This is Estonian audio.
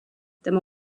tema